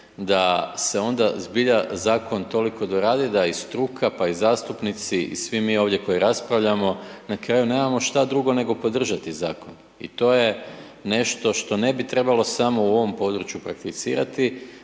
da se onda zbija zakon toliko doradi da i struka pa i zastupnici i svi mi ovdje koji raspravljamo, na kraju nemamo što drugo nego podržati zakon i to je nešto što ne bi trebalo samo u ovom području prakticirati